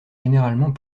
généralement